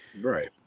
Right